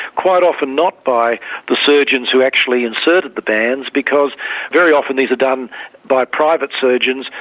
quite often not by the surgeons who actually inserted the bands because very often these are done by private surgeons,